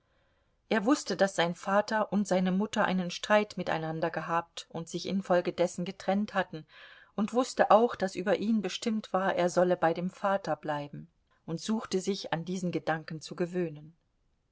er wußte daß sein vater und seine mutter einen streit miteinander gehabt und sich infolgedessen getrennt hatten und wußte auch daß über ihn bestimmt war er solle bei dem vater bleiben und suchte sich an diesen gedanken zu gewöhnen